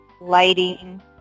lighting